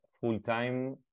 full-time